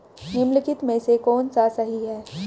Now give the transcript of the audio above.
निम्नलिखित में से कौन सा सही है?